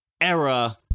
era